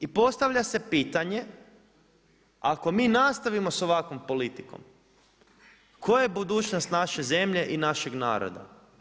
I postavlja se pitanje ako mi nastavimo sa ovakvom politikom, koja je budućnost naše zemlje i našeg naroda.